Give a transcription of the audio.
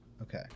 Okay